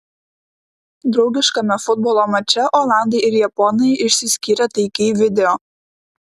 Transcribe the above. draugiškame futbolo mače olandai ir japonai išsiskyrė taikiai video